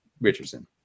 Richardson